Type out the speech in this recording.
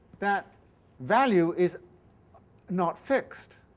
that value is not fixed.